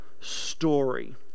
story